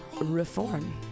reform